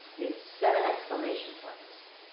with seven exclamation points.